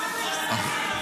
חטופים.